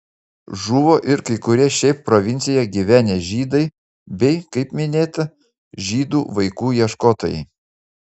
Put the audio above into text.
žuvo ir kai kurie šiaip provincijoje gyvenę žydai bei kaip minėta žydų vaikų ieškotojai